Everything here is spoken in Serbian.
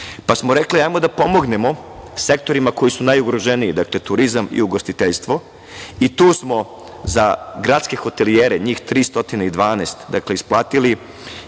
pa smo rekli – hajde da pomognemo sektorima koji su najugroženiji, dakle, turizam i ugostiteljstvo. Tu smo za gradske hotelijere, njih 312, isplatili